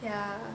yeah